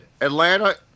Atlanta